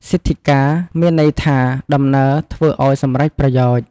សិទិ្ធកា មានន័យថា ដំណើរធ្វើឲ្យសម្រេចប្រយោជន៍។